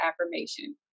affirmation